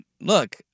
look